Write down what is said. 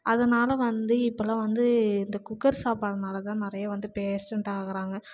அதனால் வந்து இப்போல்லாம் வந்து இந்த குக்கர் சாப்பாடுனால் தான் நிறையா வந்து பேஷண்ட் ஆகிறாங்க